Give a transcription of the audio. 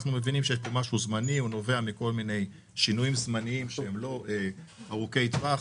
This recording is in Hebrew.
שיש פה משהו זמני שנובע מכל מיני שינויים זמניים שהם לא ארוכי טווח.